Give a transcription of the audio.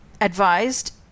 advised